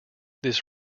this